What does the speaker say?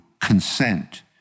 consent